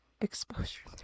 exposure